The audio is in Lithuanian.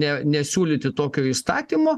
ne ne siūlyti tokio įstatymo